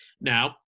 Now